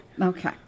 okay